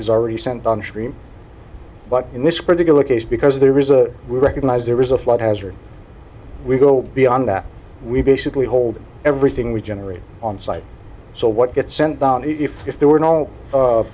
is already sent bunch but in this particular case because there is a we recognize there is a flood hazard we go beyond that we basically hold everything we generate on site so what gets sent down if if there were no